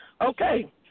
Okay